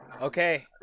Okay